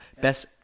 best